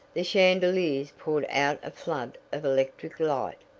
the chandeliers poured out a flood of electric light.